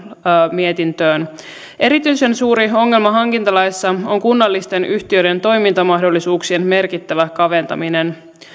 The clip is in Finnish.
mietintöön erityisen suuri ongelma hankintalaissa on kunnallisten yhtiöiden toimintamahdollisuuksien merkittävä kaventaminen